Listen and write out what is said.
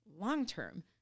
long-term